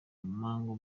mambo